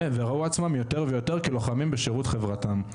וראו עצמם יותר ויותר כלוחמים בשירות חברתם.